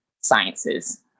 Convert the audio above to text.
sciences